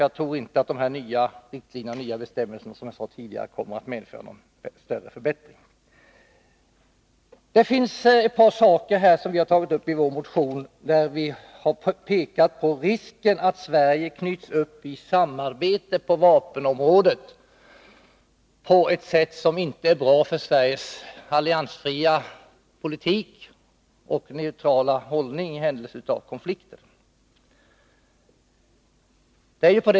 Jag tror inte att de här nya riktlinjerna och bestämmelserna, som jag sade tidigare, kommer att medföra några större förbättringar. Det är ett par saker som vi har tagit upp i vår motion. Vi har där pekat på risken att Sverige knyts upp i samarbete på vapenområdet på ett sätt som inte är bra för Sveriges alliansfria politik och neutrala hållning i händelse av konflikter.